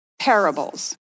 parables